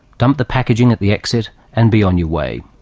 dump the packaging at the exit and be on your way.